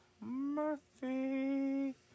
Murphy